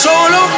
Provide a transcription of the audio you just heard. Solo